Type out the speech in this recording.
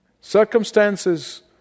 Circumstances